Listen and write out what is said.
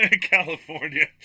California